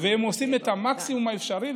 והם עושים את המקסימום האפשרי,